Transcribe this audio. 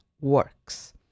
works